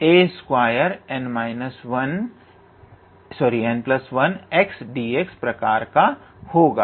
तो यह nx2a2n1xdx प्रकार का होगा